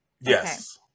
yes